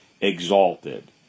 exalted